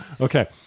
Okay